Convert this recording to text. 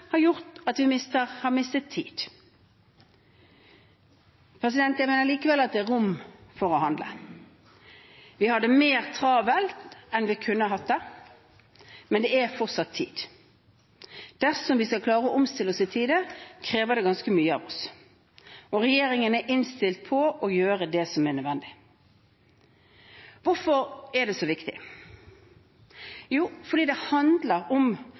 har gjort at vi har mistet tid. Jeg mener likevel at det er rom for å handle. Vi har det mer travelt enn vi kunne ha hatt det, men det er fortsatt tid. Dersom vi skal klare å omstille oss i tide, krever det ganske mye av oss, og regjeringen er innstilt på å gjøre det som er nødvendig. Hvorfor er det så viktig? Jo, fordi det handler om